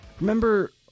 Remember